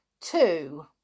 Two